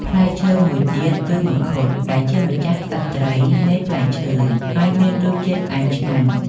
ផ្លែឈើមួយទៀតគឺមង្ឃុតដែលជាម្ចាស់ក្សត្រីនៃផ្លែឈើ ហើយមានរសជាតិផ្អែមឆ្ងាញ់។